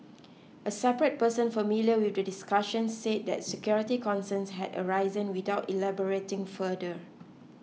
a separate person familiar with the discussions said that security concerns had arisen without elaborating further